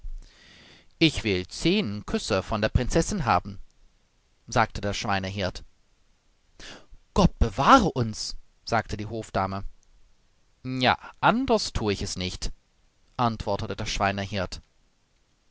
ich will zehn küsse von der prinzessin haben sagte der schweinehirt gott bewahre uns sagte die hofdame ja anders thue ich es nicht antwortete der schweinehirt